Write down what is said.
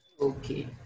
Okay